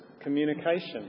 communication